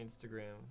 Instagram